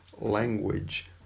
language